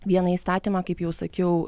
vieną įstatymą kaip jau sakiau